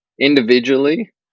individually